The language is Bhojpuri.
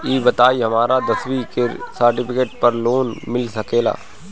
ई बताई हमरा दसवीं के सेर्टफिकेट पर लोन मिल सकेला?